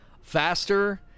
faster